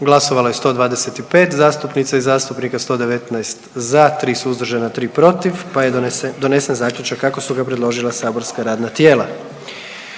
Glasovalo je 125 zastupnica i zastupnika, 77 za, 48 suzdržanih pa je donesen zaključak kako su ga predložila saborska radna tijela.